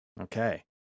Okay